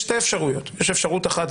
יש שתי אפשרויות: אפשרות אחת,